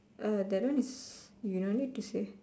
uh that one is you no need to say